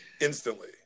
instantly